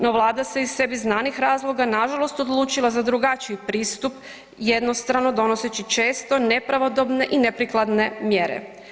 No, Vlada se iz sebi znanih razloga nažalost odlučila za drugačiji pristup jednostrano donoseći često nepravodobne i neprikladne mjere.